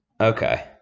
Okay